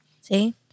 See